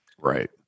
Right